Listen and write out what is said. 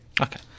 Okay